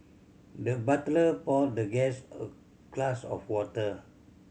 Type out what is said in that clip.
the butler poured the guest a glass of water